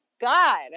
God